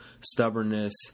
stubbornness